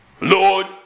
lord